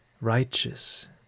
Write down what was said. righteous